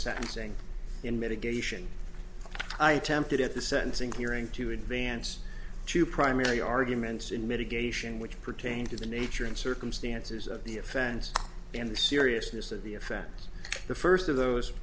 sentencing in mitigation i attempted at the sentencing hearing to advance two primary arguments in mitigation which pertain to the nature and circumstances of the offense and the seriousness of the offense the first of those